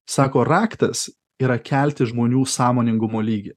sako raktas yra kelti žmonių sąmoningumo lygį